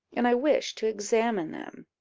and i wished to examine them.